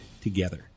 together